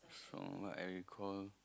from what I recalled